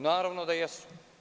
Naravno da jesu.